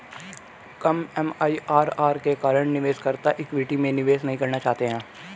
कम MIRR के कारण निवेशकर्ता इक्विटी में निवेश नहीं करना चाहते हैं